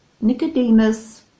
Nicodemus